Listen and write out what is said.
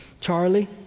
charlie